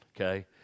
okay